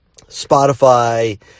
Spotify